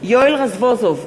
יואל רזבוזוב,